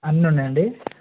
అన్ని ఉన్నాయండి